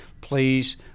please